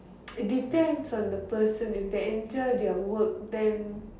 depends on the person if they enjoy their work then